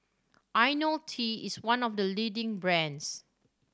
Ionil T is one of the leading brands